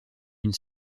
une